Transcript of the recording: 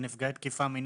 ונפגעי תקיפה מינית.